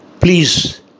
Please